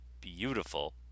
beautiful